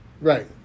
Right